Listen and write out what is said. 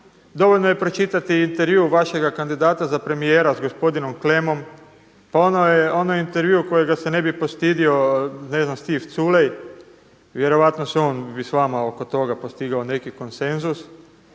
Dovoljno je pročitati intervju vašega kandidata za premijera sa gospodinom Klemom, pa ono je intervju kojega se ne bi postidio Stiv Culej. Vjerojatno se on bi s vama postigao neki konsenzus.